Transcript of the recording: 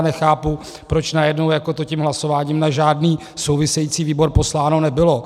Nechápu, proč najednou to tím hlasováním na žádný související výbor posláno nebylo.